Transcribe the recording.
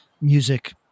music